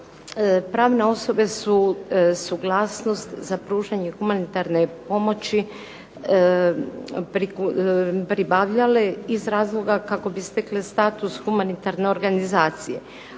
pravne osobe su suglasnost za pružanje humanitarne pomoći pribavljale iz razloga kako bi stekle status humanitarne organizacije,